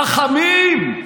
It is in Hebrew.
רחמים,